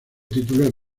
titular